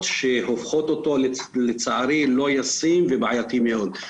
שהופכות אותו לצערי ללא ישים ובעייתי מאוד.